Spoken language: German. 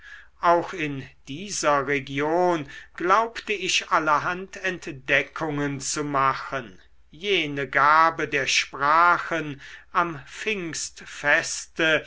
auch in dieser region glaubte ich allerhand entdeckungen zu machen jene gabe der sprachen am pfingstfeste